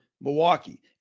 Milwaukee